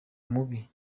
mubi